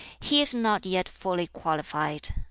he is not yet fully qualified.